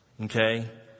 okay